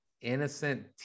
innocent